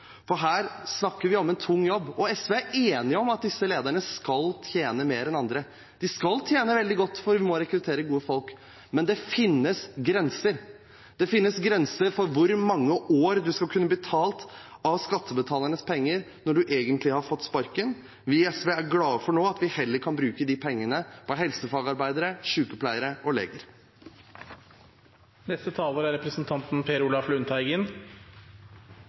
av. Her snakker vi om en tung jobb. SV er enig i at disse lederne skal tjene mer enn andre. De skal tjene veldig godt for at vi skal kunne rekruttere gode folk. Men det finnes grenser. Det finnes grenser for hvor mange år en skal kunne bli betalt av skattebetalernes penger når en egentlig har fått sparken. Vi i SV er glade for at vi nå heller kan bruke de pengene på helsefagarbeidere, sykepleiere og leger. Det er